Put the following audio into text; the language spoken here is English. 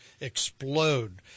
explode